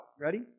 Ready